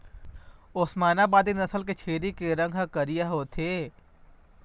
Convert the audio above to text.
ओस्मानाबादी नसल के छेरी के रंग ह करिया होथे